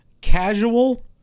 Casual